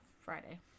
Friday